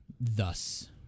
thus